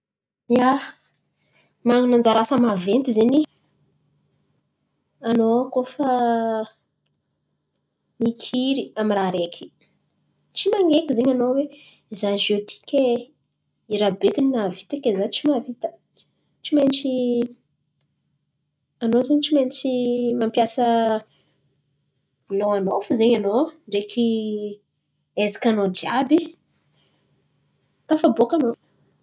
Ia, man̈ana anjara asa maventy zen̈y anao koa fa mikiry amy raha araiky. Tsy man̈eky zen̈y anao oe za ziôty ke i rabekiny nahavita ke za tsy mahavita? Tsy maintsy anao zen̈y tsy maintsy mampiasa lôhanao fo zen̈y anao ndreky aizakanao jiàby. Tafaboaka anao.